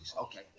okay